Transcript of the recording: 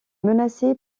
menacé